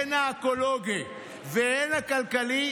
הן האקולוגי והן הכלכלי,